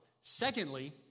Secondly